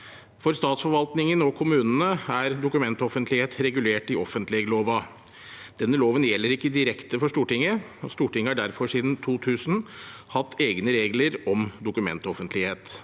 For statsforvaltningen og kommunene er dokumentoffentlighet regulert i offentleglova. Denne loven gjelder ikke direkte for Stortinget, og Stortinget har derfor siden 2000 hatt egne regler om dokumentoffentlighet.